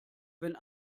wenn